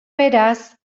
beraz